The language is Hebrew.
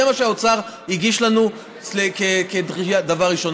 זה מה שהאוצר הגיש לנו כדבר ראשון.